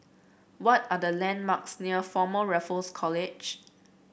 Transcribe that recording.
what are the landmarks near Former Raffles College